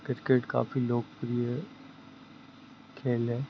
cricket काफ़ी लोकप्रिय खेल है